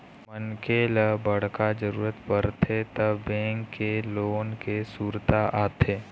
मनखे ल बड़का जरूरत परथे त बेंक के लोन के सुरता आथे